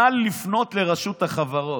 נא לפנות לרשות החברות.